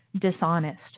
dishonest